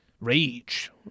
Rage